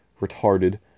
retarded